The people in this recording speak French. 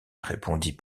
répondit